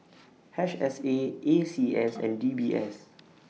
H S A A C S and D B S